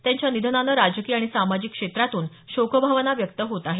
त्यांच्या निधनानं राजकीय आणि सामाजिक क्षेत्रातून शोकभवना व्यक्त होत आहे